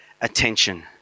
attention